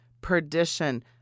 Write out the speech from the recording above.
perdition